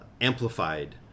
amplified